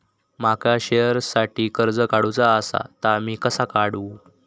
माका शेअरसाठी कर्ज काढूचा असा ता मी कसा काढू?